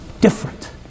different